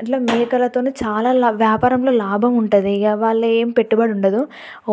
అట్ల మేకలతోని చాలా వ్యాపారంలో లాభం ఉంటుంది గ వాళ్ళు ఏం పెట్టుబడి ఉండదు